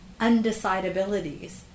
undecidabilities